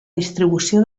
distribució